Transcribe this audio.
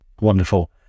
Wonderful